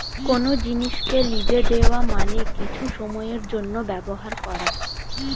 কোন জিনিসকে লিজে দেওয়া মানে কিছু সময়ের জন্যে ব্যবহার করা